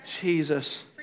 Jesus